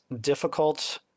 difficult